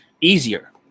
easier